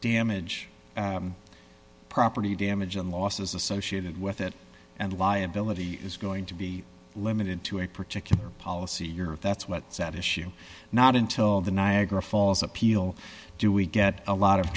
damage property damage and losses associated with it and liability is going to be limited to a particular policy your if that's what's at issue not until the niagara falls appeal do we get a lot of